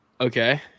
Okay